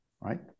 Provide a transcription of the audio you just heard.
right